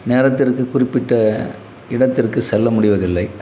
நேரத்திற்கு குறிப்பிட்ட இடத்திற்கு செல்ல முடிவதில்லை